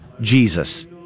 Jesus